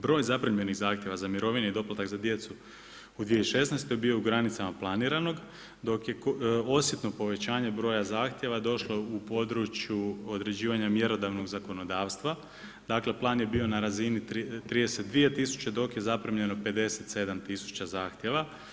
Broj zaprimljenih zahtjeva za mirovine i doplatak za djecu u 2016. bio je u granicama planiranog dok je osjetno povećanje broja zahtjeva došlo u području određivanja mjerodovnog zakonodavstva, dakle plan je bio na razini 32 tisuće dok je zaprimljeno 57 tisuća zahtjeva.